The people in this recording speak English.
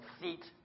seat